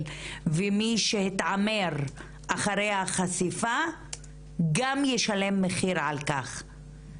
ומי שהתעמר בהן אחרי החשיפה של הפרשה גם הוא ישלם מחיר על כך.